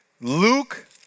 Luke